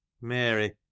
mary